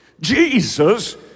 Jesus